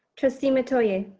trustee metoyer.